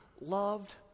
loved